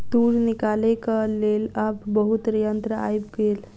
तूर निकालैक लेल आब बहुत यंत्र आइब गेल